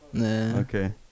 Okay